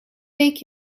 week